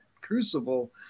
crucible